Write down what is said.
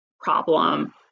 problem